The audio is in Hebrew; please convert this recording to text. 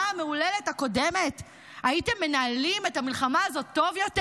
המהוללת הקודמת הייתם מנהלים את המלחמה הזאת טוב יותר?